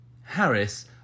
Harris